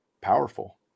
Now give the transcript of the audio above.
powerful